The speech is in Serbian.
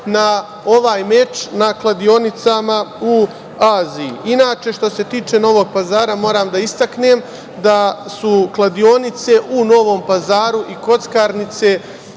na ovaj meč na kladionicama u Aziji. Inače, što se tiče Novog Pazara, moram da istaknem da su kladionice u Novom Pazaru i kockarnice